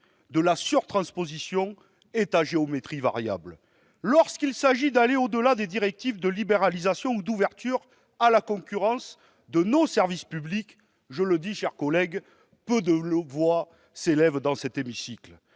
de la surtransposition est à géométrie variable. Lorsqu'il s'agit d'aller au-delà des directives de libéralisation ou d'ouverture à la concurrence de nos services publics, je le dis, chers collègues, peu de voix s'élèvent dans cet hémicycle.